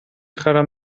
خرم